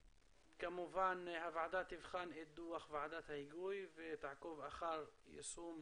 כמובן הוועדה תבחן את דוח ועדת ההיגוי ותעקוב אחר יישום